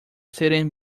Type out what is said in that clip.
sitting